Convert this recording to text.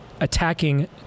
attacking